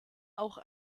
auch